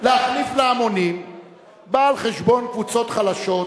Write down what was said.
להחניף להמונים בא על-חשבון קבוצות חלשות,